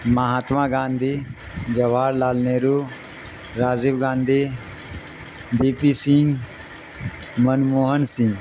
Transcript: Mahatma Gandhi Jawaharlal Nehru Rajiv Gandhi V P Singh Manmohan Singh